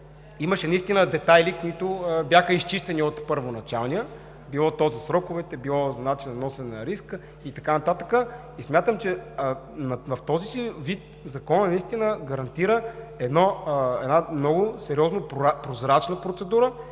имаше наистина детайли, които бяха изчистени от първоначалния – било то за сроковете, било за начините на носене на риска, и така нататък. Смятам, че в този си вид Законът гарантира една много сериозна прозрачна процедура,